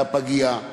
מהפגייה.